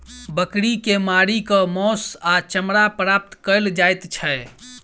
बकरी के मारि क मौस आ चमड़ा प्राप्त कयल जाइत छै